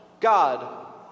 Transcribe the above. God